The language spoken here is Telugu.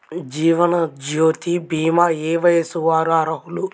జీవనజ్యోతి భీమా ఏ వయస్సు వారు అర్హులు?